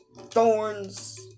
thorns